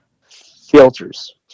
filters